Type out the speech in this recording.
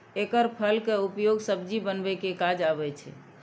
एकर फल के उपयोग सब्जी बनबै के काज आबै छै